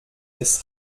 des